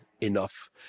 enough